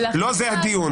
לא זה הדיון.